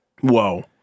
whoa